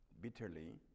bitterly